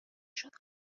شدم